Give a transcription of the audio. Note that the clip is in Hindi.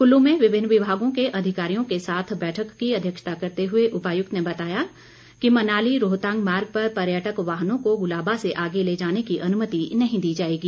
कुल्लू में विभिन्न विभागों के अधिकारियों के साथ बैठक की अध्यक्षता करते हुए उपायुक्त ने बताया कि मनाली रोहतांग मार्ग पर पर्यटक वाहनों को गुलाबा से आगे ले जाने की अनुमति नहीं दी जाएगी